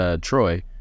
Troy